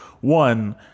One